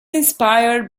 inspired